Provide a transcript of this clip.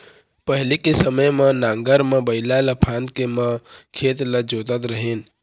पहिली के समे म नांगर म बइला ल फांद के म खेत ल जोतत रेहेन